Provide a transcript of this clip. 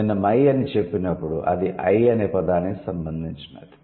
నేను 'మై' అని చెప్పినప్పుడు అది 'ఐ' అనే పదానికి సంబంధించినది